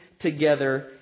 together